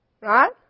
right